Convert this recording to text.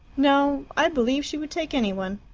no. i believe she would take any one.